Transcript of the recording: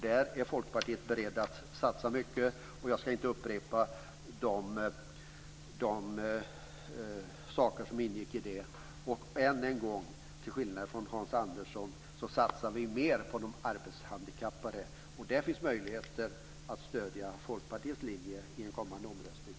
Där är Folkpartiet berett att satsa mycket. Jag ska inte upprepa de sakerna. Än en gång - till skillnad från Hans Andersson - satsar vi mer på de arbetshandikappade. Där finns möjligheten att stödja Folkpartiets linje i en kommande omröstning.